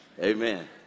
Amen